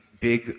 big